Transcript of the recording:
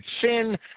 sin